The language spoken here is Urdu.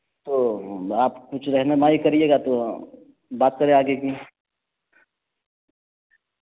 تو آپ کچھ رہنمائی کریے گا تو بات کریں آگے کی